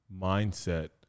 mindset